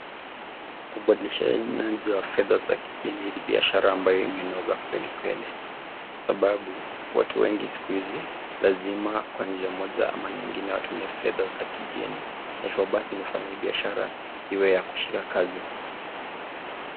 Ubadilishanaji wa fedha za kigeni ni biashara ambayo imenoga kweli kweli, kwa sababu watu wengi siku hizi lazima kwa njia moja ama nyingine watumie fedha za kigeni na hivyo basi imefanya biashara iwe ya kushika kazi.